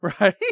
Right